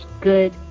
good